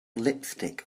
lipstick